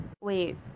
Wait